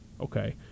okay